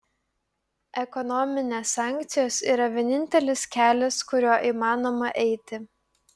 ekonominės sankcijos yra vienintelis kelias kuriuo įmanoma eiti